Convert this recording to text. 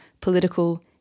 political